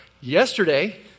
yesterday